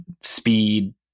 speed